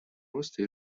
роста